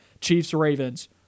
Chiefs-Ravens